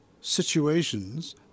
situations